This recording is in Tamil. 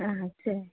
ஆ சரி